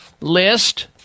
list